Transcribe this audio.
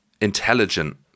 intelligent